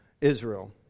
Israel